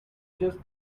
just